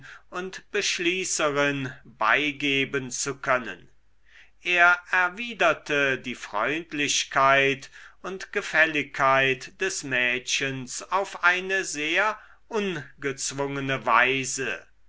und beschließerin beigeben zu können er erwiderte die freundlichkeit und gefälligkeit des mädchens auf eine sehr ungezwungene weise